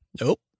Nope